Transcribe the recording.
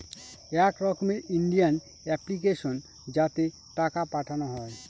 এক রকমের Indian application যাতে টাকা পাঠানো হয়